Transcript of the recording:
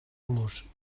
plus